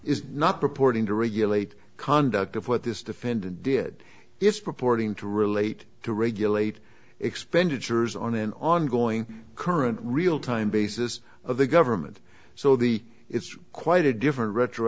is not reporting to regulate conduct of what this defendant did it's purporting to relate to regulate expenditures on on and going current real time basis of the government so the it's quite a different